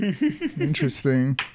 Interesting